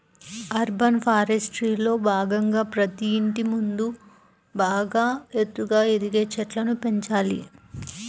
urban ఫారెస్ట్రీలో భాగంగా ప్రతి ఇంటి ముందు బాగా ఎత్తుగా ఎదిగే చెట్లను పెంచాలి